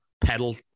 Pedal